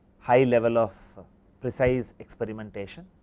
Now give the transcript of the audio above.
high level of precise experimentation.